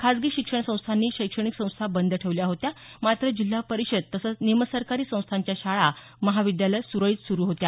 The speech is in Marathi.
खाजगी शिक्षण संस्थांनी शैक्षणिक संस्था बंद ठेवल्या होत्या मात्र जिल्हा परीषद तसंच निमसरकारी संस्थांच्या शाळा महाविद्यालयं सुरळीत सुरू होत्या